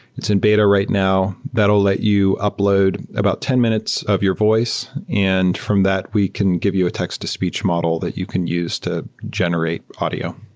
it's in beta right now. that'll let you upload about ten minutes of your voice. and from that, we can give you a text-to-speech model that you can use to generate audio